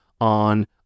on